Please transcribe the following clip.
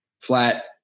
flat